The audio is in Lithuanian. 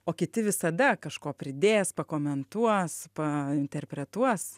o kiti visada kažko pridėjęs pakomentuos painterpretuos